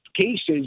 cases